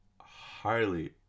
highly